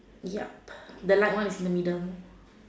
yup the light is in the middle